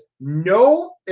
no